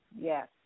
yes